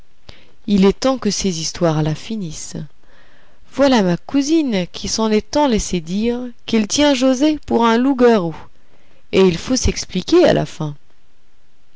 il est temps que ces histoires-là finissent voilà ma cousine qui s'en est tant laissé dire qu'elle tient joset pour un loup-garou et il faut s'expliquer à la fin